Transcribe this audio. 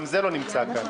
גם זה לא נמצא כאן,